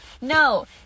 No